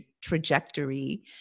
trajectory